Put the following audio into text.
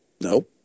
No